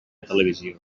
televisió